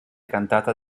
cantata